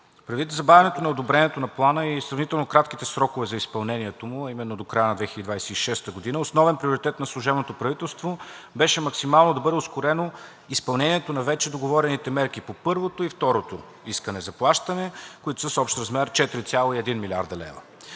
Предвид забавянето на одобрението на Плана и сравнително кратките срокове за изпълнението му, а именно до края на 2026 г., основен приоритет на служебното правителство беше максимално да бъде ускорено изпълнението на вече договорените мерки по първото и второто искане за плащане, които са с общ размер 4,1 млрд. лв.